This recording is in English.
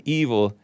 evil